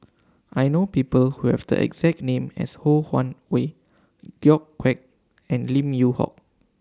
I know People Who Have The exact name as Ho Wan Hui George Quek and Lim Yew Hock